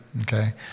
Okay